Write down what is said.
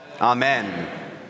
Amen